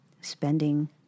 spending